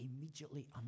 immediately